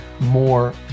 more